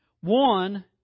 One